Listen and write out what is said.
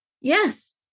yes